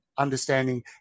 understanding